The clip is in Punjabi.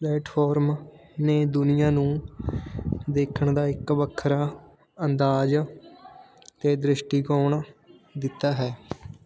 ਪਲੈਟਫੋਰਮ ਨੇ ਦੁਨੀਆ ਨੂੰ ਦੇਖਣ ਦਾ ਇੱਕ ਵੱਖਰਾ ਅੰਦਾਜ਼ ਅਤੇ ਦ੍ਰਿਸ਼ਟੀਕੋਣ ਦਿੱਤਾ ਹੈ